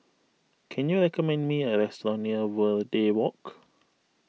can you recommend me a restaurant near Verde Walk